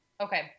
Okay